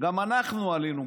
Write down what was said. גם אנחנו עלינו.